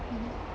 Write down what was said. mmhmm